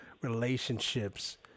relationships